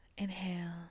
Inhale